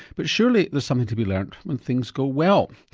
but surely there's something to be learned when things go well?